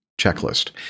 checklist